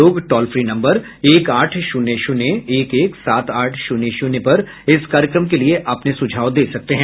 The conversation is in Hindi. लोग टोल फ्री नम्बर एक आठ शून्य शून्य एक एक सात आठ शून्य शून्य पर इस कार्यक्रम के लिए अपने सुझाव दे सकते हैं